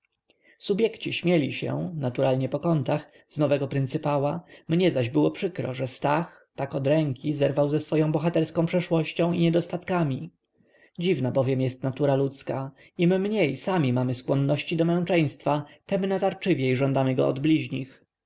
subjekci śmieli się naturalnie po kątach z nowego pryncypała mnie zaś było przykro że stach tak odręki zerwał ze swoją bohaterską przeszłością i niedostatkiem dziwna bowiem jest natura ludzka im mniej sami mamy skłonności do męczeństwa tem natarczywiej żądamy go od bliźnich